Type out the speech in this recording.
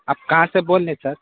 آپ کہاں سے بول رہے ہیں سر